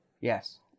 yes